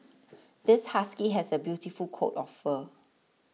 this husky has a beautiful coat of fur